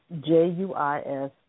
J-U-I-S